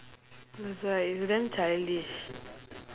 that's why it's damn childish